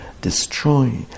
destroy